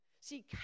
See